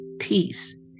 peace